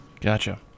Gotcha